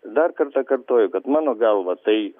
dar kartą kartoju kad mano galva tai